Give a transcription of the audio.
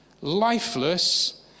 lifeless